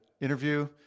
interview